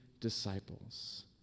disciples